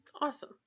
awesome